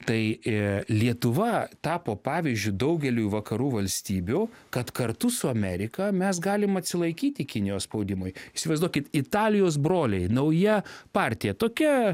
tai i lietuva tapo pavyzdžiu daugeliui vakarų valstybių kad kartu su amerika mes galim atsilaikyti kinijos spaudimui įsivaizduokit italijos broliai nauja partija tokia